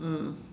mm